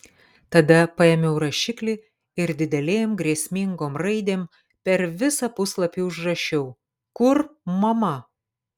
tada paėmiau rašiklį ir didelėm grėsmingom raidėm per visą puslapį užrašiau kur mama